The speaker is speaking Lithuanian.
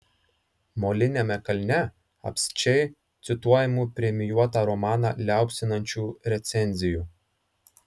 moliniame kalne apsčiai cituojamų premijuotą romaną liaupsinančių recenzijų